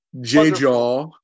J-jaw